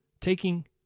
taking